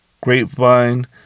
grapevine